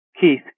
Keith